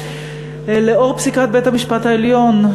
לנוכח פסיקת בית-המשפט העליון,